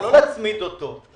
כלומר לא להצמיד אותו.